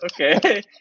okay